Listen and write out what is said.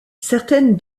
certaines